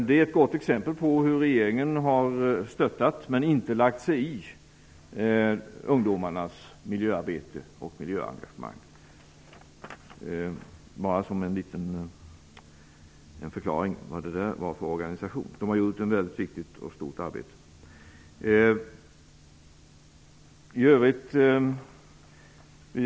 Det är ett gott exempel på hur regeringen har stöttat -- men inte lagt sig i -- ungdomarnas miljöarbete och miljöengagemang. Det var bara som en förklaring till vad det var för organisation. Det har gjort ett väldigt viktigt och stort arbete.